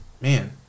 man